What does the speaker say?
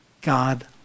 God